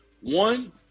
One